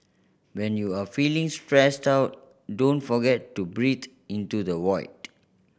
when you are feeling stressed out don't forget to breathe into the void